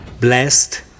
blessed